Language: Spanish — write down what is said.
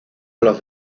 los